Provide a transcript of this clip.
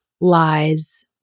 lies